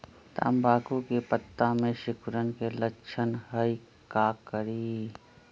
तम्बाकू के पत्ता में सिकुड़न के लक्षण हई का करी?